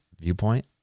viewpoint